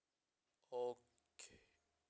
okay